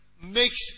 makes